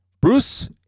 Bruce